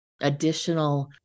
additional